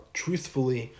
truthfully